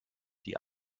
die